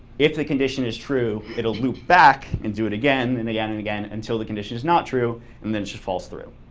if the condition is true, it'll loop back and do it again and again and again until the condition is not true and then just falls through.